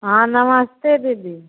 हँ नमस्ते दीदी